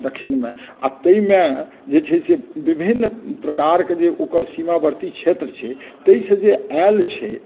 दक्षिणमे आ ताहिमे जे छै से विभिन्न प्रकार के जे ओकर सीमावर्ती क्षेत्र छै ताहिसँ जे आयल छै